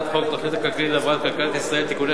הצעת חוק התוכנית הכלכלית להבראת כלכלת ישראל (תיקוני